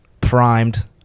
primed